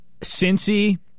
Cincy